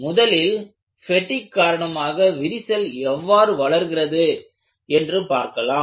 முதலில் பெடிக் காரணமாக விரிசல் எவ்வாறு வளர்கிறது என்று பார்க்கலாம்